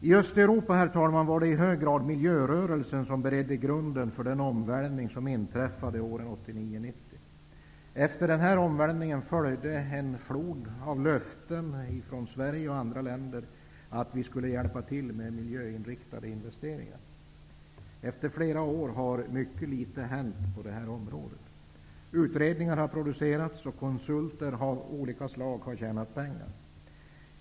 I Östeuropa, herr talman, var det i hög grad miljörörelsen som utgjorde grunden för den omvälvning som inträffade åren 1989--1990. Efter denna omvälvning följde en flod av löften från Sverige och andra länder om hjälp med miljöinriktade investeringar. Trots att flera år gått har mycket litet hänt på det här området. Utredningar har producerats, och konsulter av olika slag har tjänat pengar.